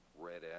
red